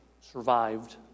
survived